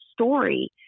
story